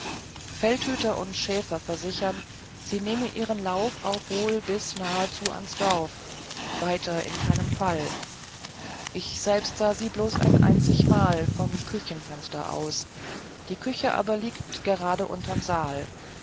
feldhüter und schäfer versichern sie nehme ihren lauf auch wohl bis nahezu ans dorf weiter in keinem fall ich selber sah sie bloß ein einzig mal vom küchenfenster aus die küche aber liegt gerade unterm saal